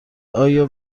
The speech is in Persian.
آیا